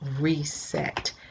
reset